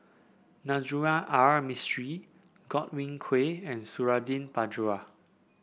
Navroji R Mistri Godwin Koay and Suradi Parjo